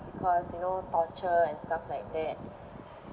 because you know torture and stuff like that